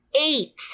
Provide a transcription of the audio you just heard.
eight